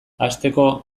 hasteko